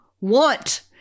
want